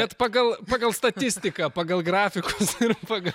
bet pagal pagal statistiką pagal grafiką ir pagal